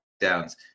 downs